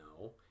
no